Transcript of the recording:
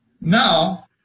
Now